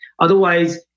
Otherwise